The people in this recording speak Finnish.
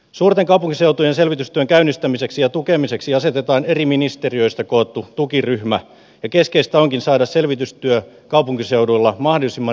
suurten kaupunkiseutujen selvitystyön käynnistämiseksi ja tukemiseksi asetetaan eri ministeriöistä koottu tukiryhmä ja keskeistä onkin saada selvitystyö kaupunkiseuduilla mahdollisimman rivakasti käyntiin